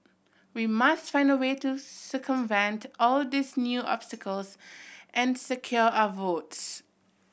we must find a way to circumvent all these new obstacles and secure our votes